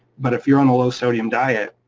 but if you're on a low sodium diet,